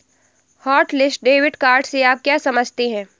Hotlist debit card से आप क्या समझते हैं?